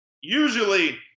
Usually